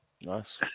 Nice